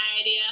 idea